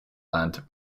land